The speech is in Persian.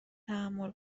تحمل